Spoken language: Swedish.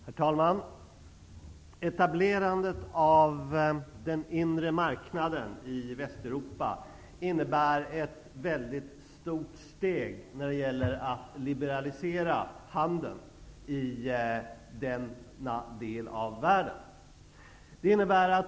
Herr talman! Etablerandet av den inre marknaden i Västeuropa innebär ett stort steg när det gäller att liberalisera handeln i denna del av världen.